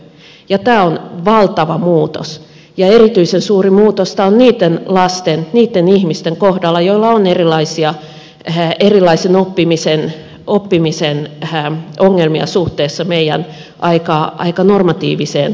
tämä on valtava muutos ja erityisen suuri muutos tämä on niitten lasten niitten ihmisten kohdalla joilla on erilaisia oppimisen ongelmia suhteessa meidän aika normatiiviseen koulutusjärjestelmään